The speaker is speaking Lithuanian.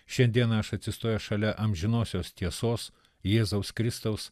šiandieną aš atsistojęs šalia amžinosios tiesos jėzaus kristaus